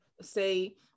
say